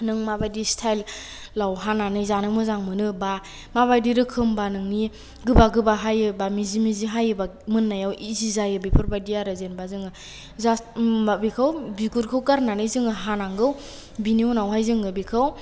नों माबादि सिथाइल आव हानानै जानो मोजां मोनो बा माबादि रोखोमबा नोंनि गोबा गोबा हायोबा मिजि मिजि हायोबा मोननायाव इजि जायो बेफोर बादि आरो जेनोबा जोङो जास्त बेखौ बिगुरखौ गारनानै जोङो हानांगौ बिनि उनावहाय जोङो बिखौ